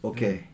Okay